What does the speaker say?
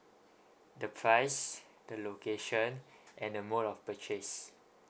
the price the location and the mode of purchase